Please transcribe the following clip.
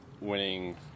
winning